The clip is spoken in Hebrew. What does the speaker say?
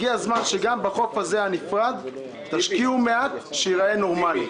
הגיע הזמן שגם בחוף הנפרד הזה תשקיעו מעט כדי שזה ייראה נורמלי.